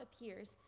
appears